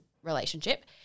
relationship